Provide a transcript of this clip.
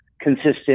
consistent